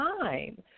time